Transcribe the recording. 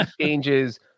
changes